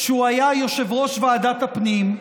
כשהוא היה יושב-ראש ועדת הפנים,